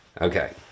Okay